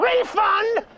refund